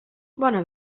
bona